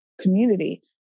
community